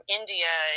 india